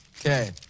Okay